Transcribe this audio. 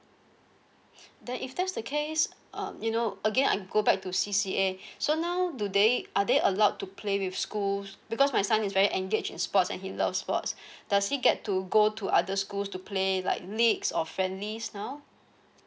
then if that's the case um you know again I go back to C_C_A so now do they are they allowed to play with schools because my son is very engage in sports and he loves sports does he get to go to other schools to play like leagues or